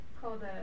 called